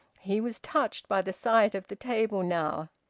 he was touched by the sight of the table now,